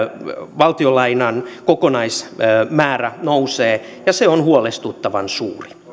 valtionlainan kokonaismäärä nousee ja se on huolestuttavan suuri